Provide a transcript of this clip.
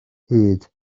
hyd